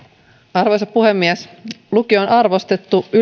arvoisa puhemies lukio on arvostettu yleissivistävän